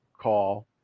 call